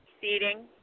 seating